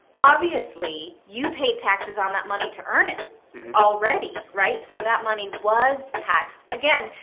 obviously, you paid taxes on that money to earn it already, right? so that money was taxed. again,